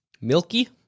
milky